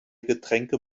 getränke